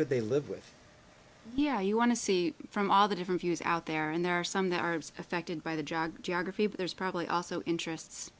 could they live with yeah you want to see from all the different views out there and there are some that are affected by the drug geography but there's probably also interests